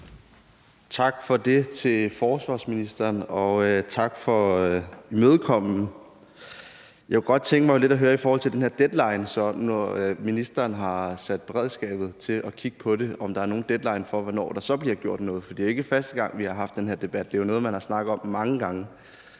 Tak til forsvarsministeren, og tak for imødekommelsen. Jeg kunne godt tænke mig at høre lidt om den her deadline, i forhold til at ministeren har sat beredskabet til at kigge på det, altså om der er nogen deadline for, hvornår der så bliver gjort noget, for det er ikke første gang, vi har den her debat. Det er jo noget, man har snakket om mange gange,